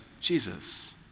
Jesus